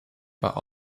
war